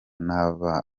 n’abo